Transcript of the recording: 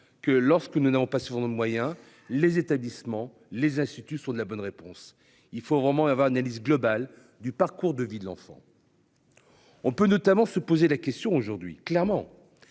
que lorsque nous n'avons pas surnomme moyens les établissements, les instituts de la bonne réponse. Il faut vraiment avoir analyse globale du parcours de vie de l'enfant.-- On peut notamment se poser la question aujourd'hui clairement.